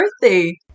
birthday